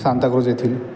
सांताक्रूझ येथील